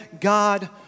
God